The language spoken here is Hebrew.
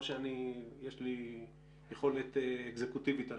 לא שיש לי יכולת אקזקוטיבית עליכם,